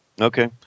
Okay